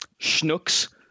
schnooks